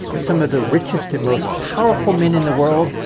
some of the richest and most powerful men in the world,